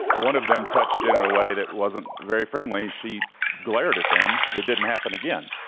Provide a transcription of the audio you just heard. one of them touched it in a way that wasn't very friendly. she glared at them. it didn't happen again.